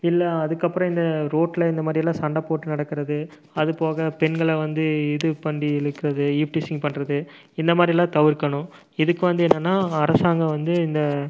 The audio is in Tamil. இல்லை அதுக்கப்புறம் இந்த ரோட்டில் இந்த மாதிரியெல்லா சண்டை போட்டு நடக்கிறது அதுபோக பெண்களை வந்து இது பண்ணி இழுக்கிறது ஈவ் டீசிங் பண்ணுறது இந்த மாதிரில்லாம் தவிர்க்கணும் இதுக்கு வந்து என்னென்னால் அரசாங்கம் வந்து இந்த